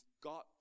got